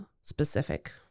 specific